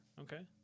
okay